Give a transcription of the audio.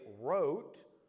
wrote